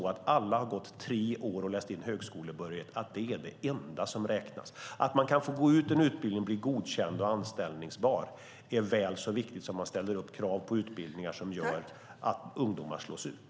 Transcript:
Att gå tre år och läsa in högskolebehörighet är inte det enda som räknas. Att man kan gå ut en utbildning och bli godkänd och anställbar är väl så viktigt som att det ställs upp krav på utbildningar som gör att ungdomar slås ut.